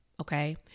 Okay